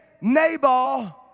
Nabal